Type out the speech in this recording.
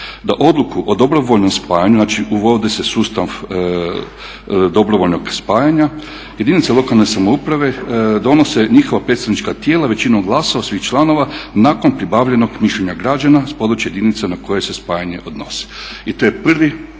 da odluku o dobrovoljnom spajanju, znači uvodi se sustav dobrovoljnog spajanja jedinice lokalne samouprave donose, njihova predstavnička tijela većinom glasova svih članova nakon pribavljenog mišljenja građana sa područja jedinica na koje se spajanje odnosi. I to je prvi